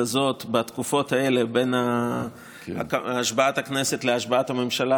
הזאת בתקופות האלה שבין השבעת הכנסת להשבעת הממשלה,